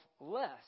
less